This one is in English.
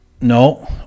No